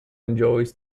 enjoys